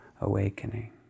awakening